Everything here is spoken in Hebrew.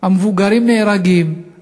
המבוגרים נהרגים,